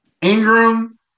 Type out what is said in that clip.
Ingram